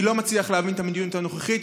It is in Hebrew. אני לא מצליח להבין את המדיניות הנוכחית,